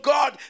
God